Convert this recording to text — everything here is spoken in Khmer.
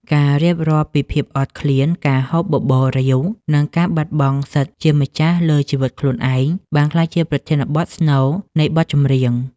ការរៀបរាប់ពីភាពអត់ឃ្លាន ការហូបបបររាវ និងការបាត់បង់សិទ្ធិជាម្ចាស់លើជីវិតខ្លួនឯង បានក្លាយជាប្រធានបទស្នូលនៃបទចម្រៀង។